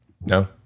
No